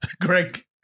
Greg-